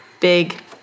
big